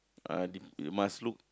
uh deep you must look